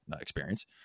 experience